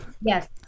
yes